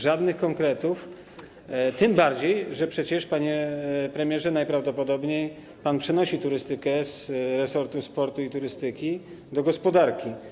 Żadnych konkretów, tym bardziej że przecież, panie premierze, najprawdopodobniej pan przenosi turystykę z resortu sportu i turystyki do gospodarki.